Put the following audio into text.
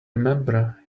remember